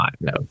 no